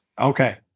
Okay